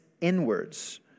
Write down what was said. inwards